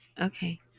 Okay